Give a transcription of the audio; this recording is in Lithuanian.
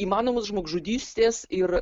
įmanomus žmogžudystės ir